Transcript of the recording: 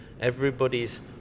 everybody's